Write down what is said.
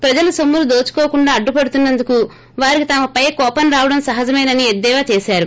ప్రజల సొమ్మును దోచుకోకుండా అడ్డుపడుతున్నందుకు వారికి తనపై కోపం రావడం సహజమేనని ఎద్దేవా చేశారు